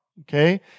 Okay